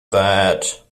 that